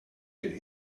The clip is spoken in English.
could